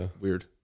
weird